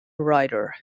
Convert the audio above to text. writer